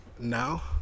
now